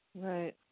Right